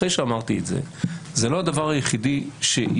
אחרי שאמרתי את זה, זה לא הדבר היחידי שיגיע.